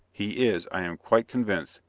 he is, i am quite convinced,